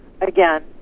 again